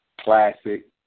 classic